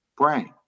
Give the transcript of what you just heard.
brain